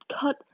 cut